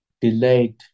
delayed